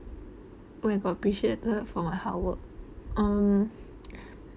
when I got appreciated for my hard work um